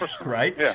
right